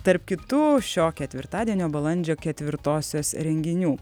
tarp kitų šio ketvirtadienio balandžio ketvirtosios renginių